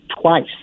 twice